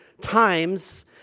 times